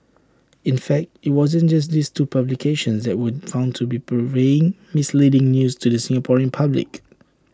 in fact IT wasn't just these two publications that were found to be purveying misleading news to the Singaporean public